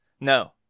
No